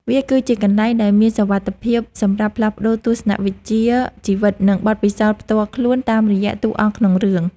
វាគឺជាកន្លែងដែលមានសុវត្ថិភាពសម្រាប់ផ្លាស់ប្តូរទស្សនវិជ្ជាជីវិត និងបទពិសោធន៍ផ្ទាល់ខ្លួនតាមរយៈតួអង្គក្នុងរឿង។